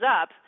up